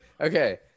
Okay